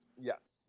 yes